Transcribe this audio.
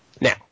Now